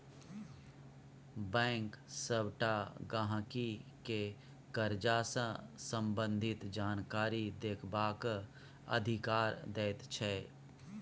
bank सबटा गहिंकी केँ करजा सँ संबंधित जानकारी देखबाक अधिकार दैत छै